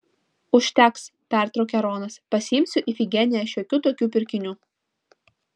užteks pertraukė ronas pasiimsiu ifigeniją šiokių tokių pirkinių